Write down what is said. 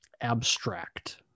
abstract